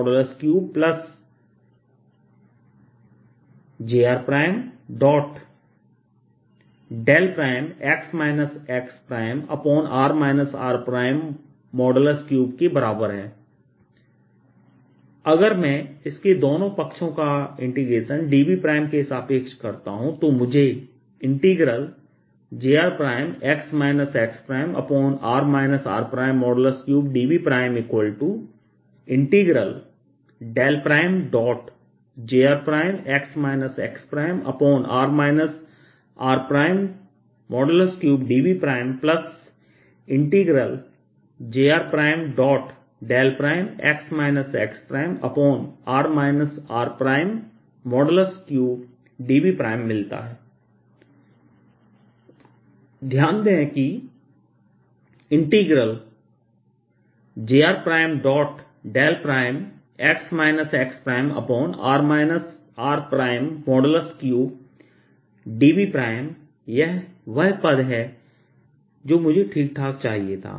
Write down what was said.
jrx xr r3 jrx xr r3jr x xr r3 अगर मैं इसके दोनों पक्षों का इंटीग्रेशनdVके सापेक्ष करता हूं तो मुझे jrx xr r3dV jrx xr r3dV jr x xr r3dVमिलता है ध्यान दें कि jr x xr r3dVयह वह पद है जो मुझे ठीक ठीक चाहिए था